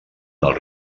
del